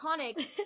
iconic